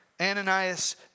Ananias